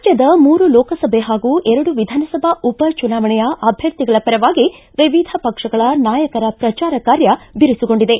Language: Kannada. ರಾಜ್ಞದ ಮೂರು ಲೋಕಸಭೆ ಹಾಗೂ ಎರಡು ವಿಧಾನಸಭಾ ಉಪ ಚುನಾವಣೆಯ ಅಭ್ವರ್ಥಿಗಳ ಪರವಾಗಿ ವಿವಿಧ ಪಕ್ಷಗಳ ನಾಯಕರ ಪ್ರಚಾರ ಕಾರ್ಯ ಬಿರುಸುಗೊಂಡಿದೆ